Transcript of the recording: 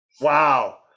Wow